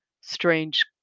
strange